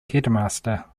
headmaster